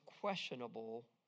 questionable